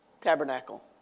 tabernacle